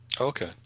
Okay